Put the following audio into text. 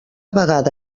vegada